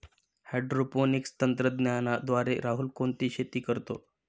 Hydroponics तंत्रज्ञानाद्वारे राहुल कोणती शेती करतो?